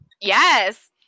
yes